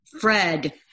fred